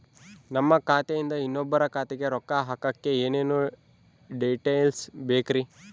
ನಮ್ಮ ಖಾತೆಯಿಂದ ಇನ್ನೊಬ್ಬರ ಖಾತೆಗೆ ರೊಕ್ಕ ಹಾಕಕ್ಕೆ ಏನೇನು ಡೇಟೇಲ್ಸ್ ಬೇಕರಿ?